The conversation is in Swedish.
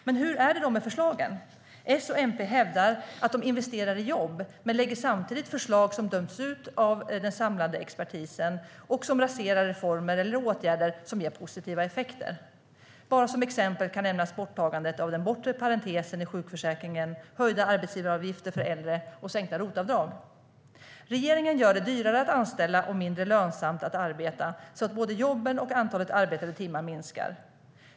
Men hur är det då med förslagen? S och MP hävdar att de investerar i jobb men lägger samtidigt fram förslag som dömts ut av den samlade expertisen och som raserar reformer eller åtgärder som ger positiva effekter. Som exempel kan nämnas borttagande av den bortre parentesen i sjukförsäkringen, höjda arbetsgivaravgifter för äldre och sänkta ROT-avdrag. Regeringen gör det dyrare att anställa och mindre lönsamt att arbeta, så att både jobben och antalet arbetade timmar minskar.